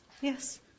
Yes